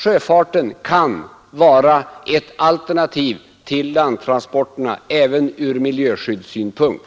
Sjöfarten kan bli ett alternativ till landtransporterna även från miljöskyddssynpunkt.